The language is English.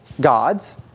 gods